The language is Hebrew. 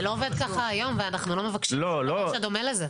זה לא עובד ככה היום ואנחנו לא מבקשים משהו שהוא דומה לזה.